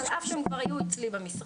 על אף שהם כבר היו אצלי במשרד.